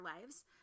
lives